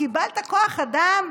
קיבלת כוח אדם,